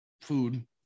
food